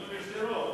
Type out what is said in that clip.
היינו בשדרות,